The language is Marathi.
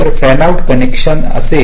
जर फॅन आउट कनेक्शन असेल तर